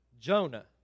Jonah